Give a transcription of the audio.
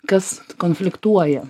kas konfliktuoja